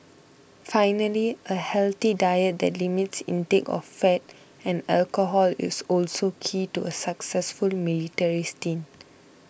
finally a healthy diet that limits intake of fat and alcohol is also key to a successful military stint